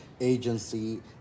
agency